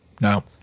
No